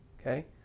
Okay